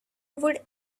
would